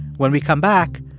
when we come back,